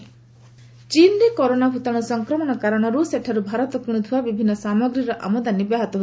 ନୀତି କରୋନା ଚୀନ୍ରେ କରୋନା ଭୂତାଣୁ ସଂକ୍ରମଣ କାରଣରୁ ସେଠାରୁ ଭାରତ କିଣ୍ଠୁଥିବା ବିଭିନ୍ନ ସାମଗ୍ରୀର ଆମଦାନୀ ବ୍ୟାହତ ହୋଇଛି